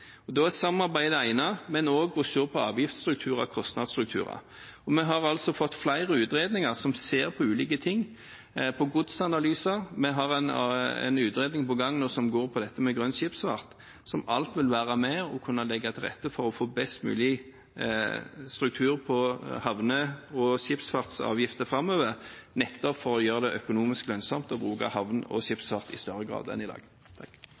Da er samarbeid det ene, men også å se på avgiftsstrukturer og kostnadsstrukturer. Vi har fått flere utredninger som ser på ulike ting, og på godsanalyser. Vi har en utredning på gang nå som går på grønn skipsfart, som vil kunne være med og legge til rette for å få best mulig struktur på havne- og skipsfartsavgifter framover, nettopp for å gjøre det økonomisk lønnsomt å bruke havn og skipsfart i større grad enn i dag.